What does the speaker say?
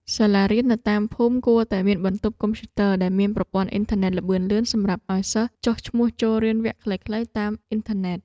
សាលារៀននៅតាមភូមិគួរតែមានបន្ទប់កុំព្យូទ័រដែលមានប្រព័ន្ធអ៊ីនធឺណិតល្បឿនលឿនសម្រាប់ឱ្យសិស្សចុះឈ្មោះរៀនវគ្គខ្លីៗតាមអ៊ីនធឺណិត។